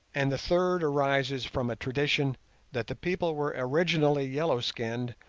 and the third arises from a tradition that the people were originally yellow skinned,